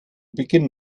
beginn